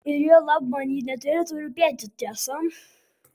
ir juolab man ji neturėtų rūpėti tiesa